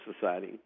society